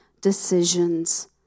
decisions